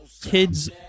Kid's